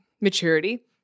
maturity